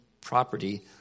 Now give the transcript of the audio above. property